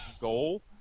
goal